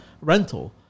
rental